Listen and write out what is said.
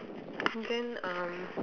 then um